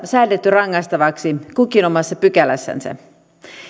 säädetty rangaistavaksi kukin omassa pykälässänsä